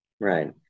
Right